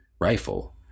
rifle